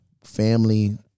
Family